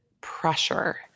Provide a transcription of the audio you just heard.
pressure